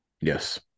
Yes